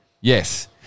Yes